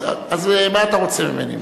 אז מה אתה רוצה ממני?